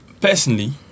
personally